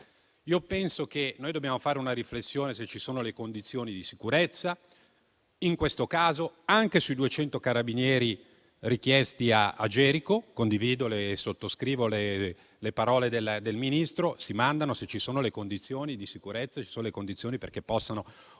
sé, penso che dobbiamo fare una riflessione per capire se ci siano le condizioni di sicurezza, in questo caso anche sui duecento carabinieri richiesti a Gerico. Condivido e sottoscrivo le parole del Ministro: si mandano se ci sono le condizioni di sicurezza e le condizioni perché possano operare.